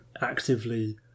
actively